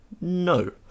no